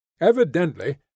Evidently